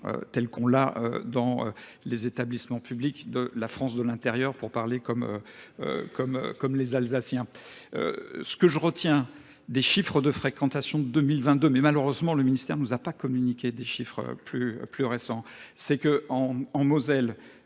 tel qu'on l'a dans les établissements publics de la France de l'intérieur, pour parler comme les Alsaciens. Ce que je retiens des chiffres de fréquentation de 2022, mais malheureusement le ministère ne nous a pas communiqué des chiffres plus récents, c'est qu'en Moselle,